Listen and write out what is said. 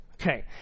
Okay